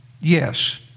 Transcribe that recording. Yes